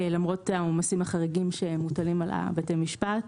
למרות עומסים חריגים שמוטלים על בתי המשפט,